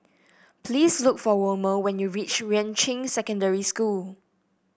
please look for Wilmer when you reach Yuan Ching Secondary School